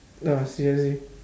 ah seriously